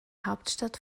hauptstadt